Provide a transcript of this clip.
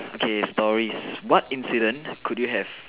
okay stories what incident could you have